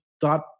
dot